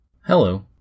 Hello